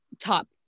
Top